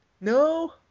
no